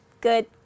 Good